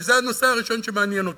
כי זה הנושא הראשון שמעניין אותנו.